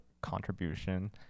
contribution